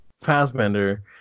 Fassbender